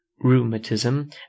rheumatism